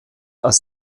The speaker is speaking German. als